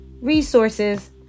resources